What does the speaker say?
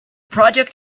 project